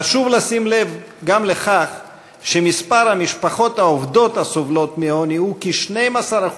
חשוב לשים לב גם לכך שהמשפחות העובדות הסובלות מעוני הן כ-12.5%,